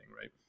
right